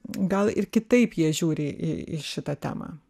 gal ir kitaip jie žiūri į į šitą temą